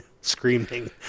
screaming